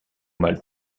mal